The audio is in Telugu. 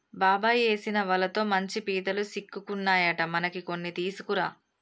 బాబాయ్ ఏసిన వలతో మంచి పీతలు సిక్కుకున్నాయట మనకి కొన్ని తీసుకురా